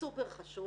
סופר חשוב